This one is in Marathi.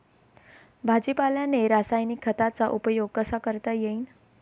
भाजीपाल्याले रासायनिक खतांचा उपयोग कसा करता येईन?